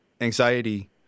anxiety